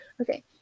Okay